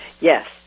Yes